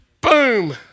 boom